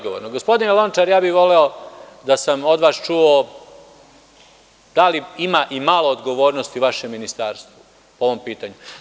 Gospodine Lončar, ja bih voleo da sam od vas čuo da li ima i malo odgovornosti u vašem ministarstvu po ovom pitanju.